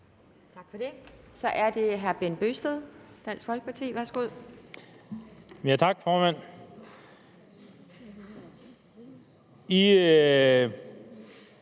Tak for det. Så er det hr. Bent Bøgsted, Dansk Folkeparti. Værsgo. Kl.